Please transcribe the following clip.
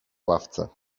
ławce